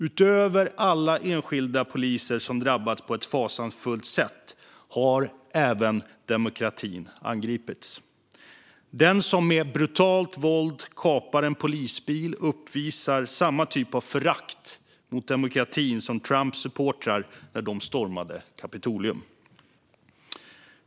Utöver alla enskilda poliser som drabbats på ett fasansfullt sätt har även demokratin angripits. Den som med brutalt våld kapar en polisbil uppvisar samma typ av förakt mot demokratin som Trumps supportrar gjorde när de stormade Kapitolium.